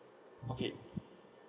okay